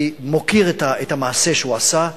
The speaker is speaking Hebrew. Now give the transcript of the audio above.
אני מוקיר את המעשה שהוא עשה,